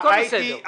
הכול בסדר,